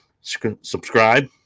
subscribe